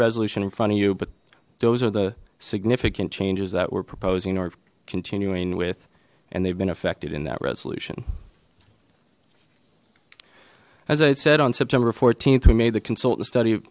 resolution in front of you but those are the significant changes that we're proposing or continuing with and they've been affected in that resolution as i had said on september th we made the consultant study